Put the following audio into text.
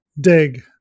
dig